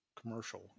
commercial